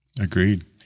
Agreed